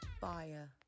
fire